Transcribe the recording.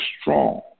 strong